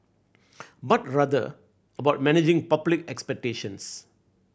but rather about managing public expectations